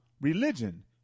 religion